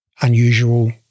unusual